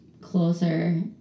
closer